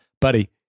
buddy